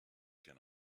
can